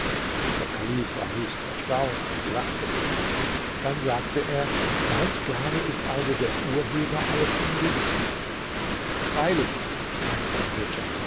der kalif war höchst erstaunt und lachte heftig dann sagte er dein sklave ist also der urheber alles unglücks freilich antwortete djafar